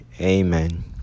Amen